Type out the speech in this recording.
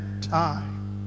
time